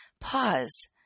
pause